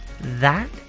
That